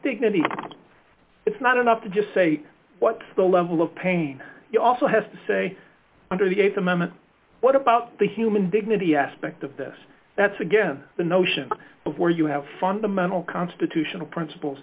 many it's not enough to just say what the level of pain you also have to say under the th amendment what about the human dignity aspect of this that's again the notion of where you have fundamental constitutional princip